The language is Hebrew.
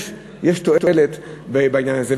יש תועלת בעניין הזה.